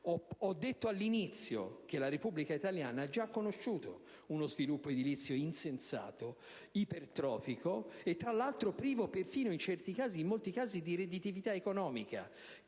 Ho detto all'inizio che la Repubblica italiana ha già conosciuto uno sviluppo edilizio insensato, ipertrofico e tra l'altro privo persino in molti casi di redditività economica: